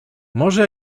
może